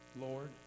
Lord